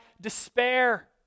despair